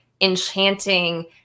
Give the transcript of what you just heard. enchanting